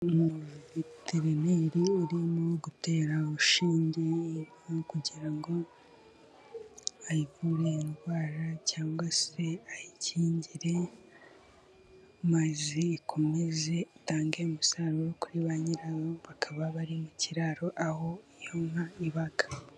Umuviterineri urimo gutera ushinge inka kugira ngo ayivure indwara cyangwa se ayikingire. Maze ikomeze itange umusaruro kuri ba nyirayo bakaba bari mu kiraro aho iyo nka iba.